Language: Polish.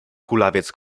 kulawiec